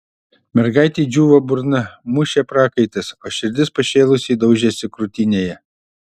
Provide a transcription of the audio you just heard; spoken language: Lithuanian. mergaitei džiūvo burna mušė prakaitas o širdis pašėlusiai daužėsi krūtinėje